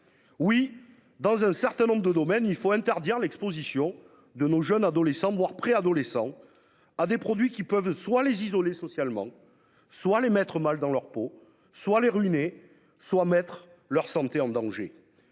Oui, dans un certain nombre de domaines, il faut interdire l'Exposition de nos jeunes adolescents voire préadolescents à des produits qui peuvent soit les isoler socialement soit les maîtres mal dans leur peau, soit les ruiner soit mettre leur santé en danger